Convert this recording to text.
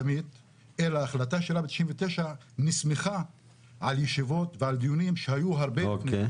אלא ההחלטה שלה ב-99' נסמכה על ישיבות ועל דיונים שהיו הרבה זמן.